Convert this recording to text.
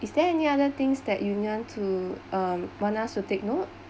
is there any other things that you to um want us to take note